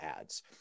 ads